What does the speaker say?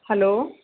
hello